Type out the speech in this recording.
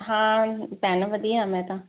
ਹਾਂ ਭੈਣ ਵਧੀਆ ਮੈਂ ਤਾਂ